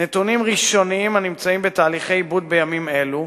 נתונים ראשונים הנמצאים בתהליכי עיבוד בימים אלה